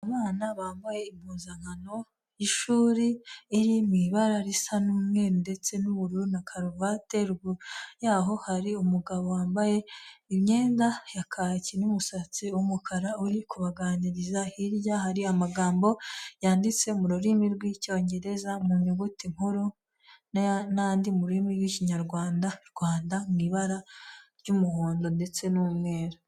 Abana bambaye impuzankano y'ishuri iri mu ibara risa n'umweru, ndetse n'ubururu, na karuvati, ruguru yaho hari umugabo wambaye imyenda ya kaki n'umusatsi w'umukara uri kubaganiriza, hirya hari amagambo yanditse mu rurimi rw'Icyongereza mu nyuguti nkuru, n'andi mu rurimi rw'ikinyarwanda, Rwanda mu ibara ry'umuhondo, ndetse n'umweru.